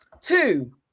two